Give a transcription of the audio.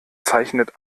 zeichnet